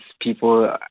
people